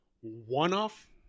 one-off